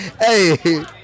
Hey